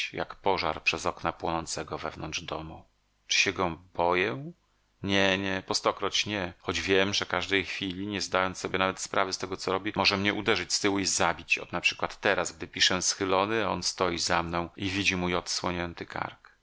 jak pożar przez okna płonącego wewnątrz domu czy się go boję nie nie po stokroć nie choć wiem że każdej chwili nie zdając sobie nawet sprawy z tego co robi może mnie uderzyć z tyłu i zabić ot naprzykład teraz gdy piszę schylony a on stoi za mną i widzi mój odsłonięty kark